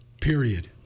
period